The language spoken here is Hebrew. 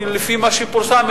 לפי מה שפורסם,